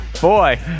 Boy